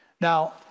Now